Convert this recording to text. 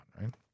right